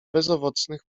bezowocnych